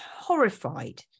horrified